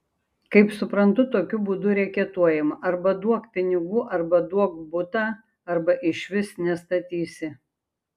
kaip suprantu tokiu būdu reketuojama arba duok pinigų arba duok butą arba išvis nestatysi